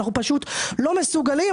אנחנו פשוט לא מסוגלים,